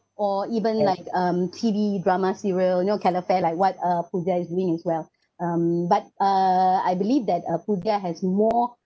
or even like um T_V drama serial you know calafair like what uh Pooja is doing as well um but uh I believe that uh Pooja has more